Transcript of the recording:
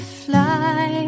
fly